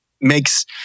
makes